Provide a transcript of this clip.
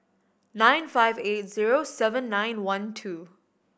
nine five eight zero seven nine one two